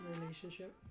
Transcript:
Relationship